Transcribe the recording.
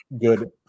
good